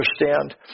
understand